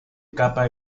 capa